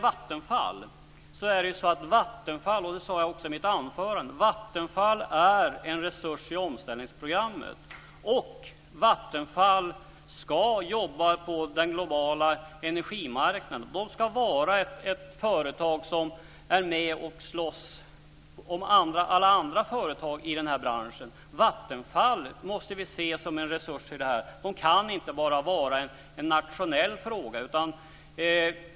Vattenfall är - och det sade jag också i mitt anförande - en resurs i omställningsprogrammet. Vattenfall ska jobba på den globala energimarknaden och vara ett företag som är med och slåss bland alla andra företag i den här branschen. Vi måste se Vattenfall som en resurs. Det kan inte bara vara en nationell fråga.